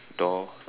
door